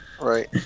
Right